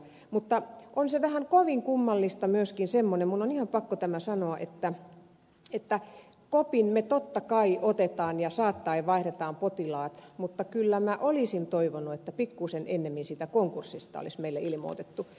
mutta on se kovin kummallista myöskin semmoinen minun on ihan pakko tämä sanoa että kopin me totta kai otamme ja saattaen vaihdamme potilaat mutta kyllä minä olisin toivonut että pikkuisen ennemmin siitä konkurssista meille olisi ilmoitettu